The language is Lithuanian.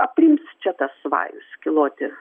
aprims čia tas vajus kiloti